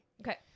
Okay